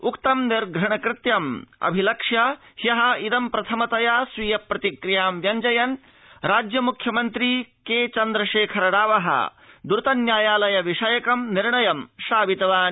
उक्तं निर्घण कृत्यम् अभिलक्ष्य हय इदम्प्रथमतया स्वीय प्रतिक्रियां व्यंजयन् राज्य मुख्यमन्त्री केचन्द्रशेखर राव द्र्त न्यायालय विषयकं निर्णयं श्रावितवान्